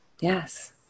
Yes